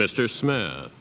mr smith